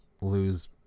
lose